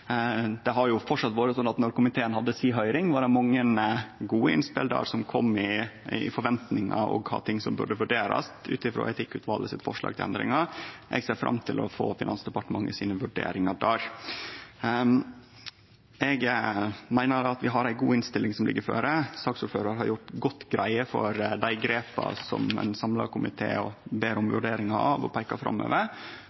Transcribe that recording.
Det har fortsatt vore sånn at då komiteen hadde si høyring, var det mange gode innspel der som kom i forventingar om kva som burde vurderast ut frå etikkutvalets forslag til endringar. Eg ser fram til å få Finansdepartementet sine vurderingar der. Eg meiner vi har ei god innstilling som ligg føre. Saksordføraren har gjort godt greie for dei grepa som ein samla komité ber om